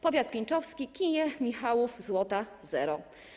Powiat pińczowski: Kije, Michałów, Złota - zero.